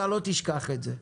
אתה לא תשכח את זה.